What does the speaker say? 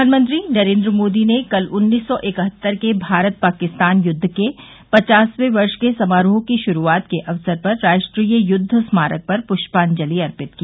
प्रधानमंत्री नरेन्द्र मोदी ने कल उन्नीस सौ इकहत्तर के भारत पाकिस्तान युद्व के पचासवें वर्ष के समारोह की शुरूआत के अवसर पर राष्ट्रीय युद्ध स्मारक पर पुष्पांजलि अर्पित की